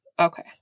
Okay